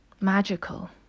magical